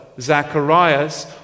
Zacharias